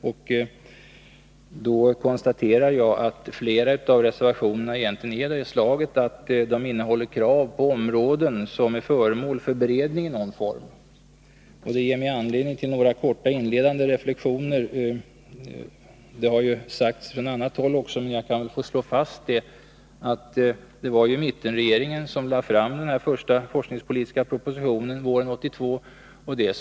Jag konstaterar att flera av reservationerna egentligen är av det slaget att de innehåller krav på områden som är föremål för beredning i någon form, och det ger mig anledning till några korta inledande reflexioner. Det har sagts från andra håll också, men jag kan väl få slå fast att det var mittenregeringen som lade fram den första forskningspolitiska propositionen våren 1982.